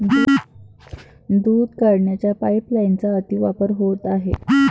दूध काढण्याच्या पाइपलाइनचा अतिवापर होत आहे